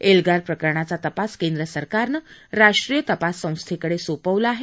एल्गार प्रकरणाचा तपास केंद्र सरकारनं राष्ट्रीय तपास संस्थेकडे सोपवला आहे